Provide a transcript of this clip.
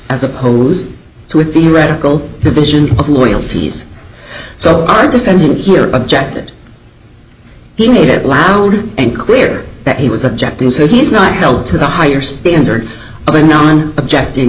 as opposed to a theoretical division of loyalties so our defendant here objected he made it loud and clear that he was objecting so he is not held to the higher standard of a non objecting